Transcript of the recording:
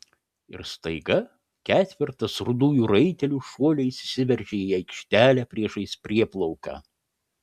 ir staiga ketvertas rudųjų raitelių šuoliais įsiveržė į aikštelę priešais prieplauką